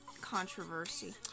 controversy